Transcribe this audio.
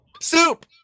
Soup